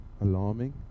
alarming